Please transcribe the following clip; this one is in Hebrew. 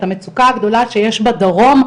את המצוקה הגדולה שיש בדרום,